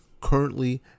currently